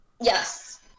Yes